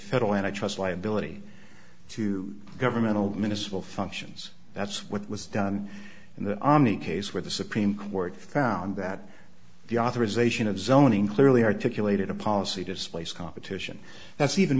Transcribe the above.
federal antitrust liability to governmental missile functions that's what was done in the ami case where the supreme court found that the authorization of zoning clearly articulated a policy displace competition that's even